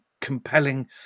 compelling